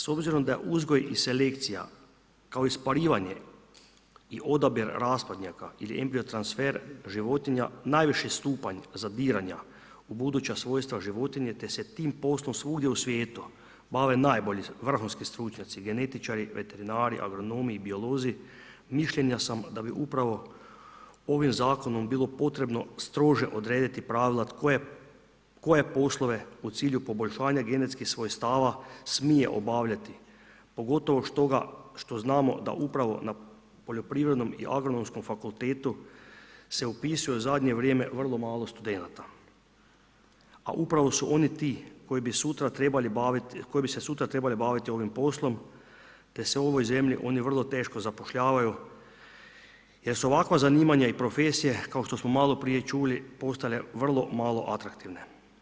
S obzirom da je uzgoj i selekcija, kao i sparivanje i odabir rasplodnjaka ili embriotransfer životinja najviši stupanj zadiranja u buduća svojstva životinje, te se tim poslom svugdje u svijetu bave najbolji, vrhunski stručnjaci, genetičari, veterinari, agronomi i biolozi, mišljenja sam da bi upravo ovim Zakonom bilo potrebno strože odrediti pravila koje poslove u cilju poboljšanja genetskih svojstva smije obavljati, pogotovo što znamo da upravo na poljoprivrednom i agronomskom fakultetu se upisuje u zadnje vrijeme vrlo malo studenata, a upravo su oni ti koji bi se sutra trebali baviti ovim poslom te se u ovoj zemlji oni vrlo teško zapošljavaju jer su ovakva zanimanja i profesije, kao što smo maloprije čuli postale vrlo malo atraktivne.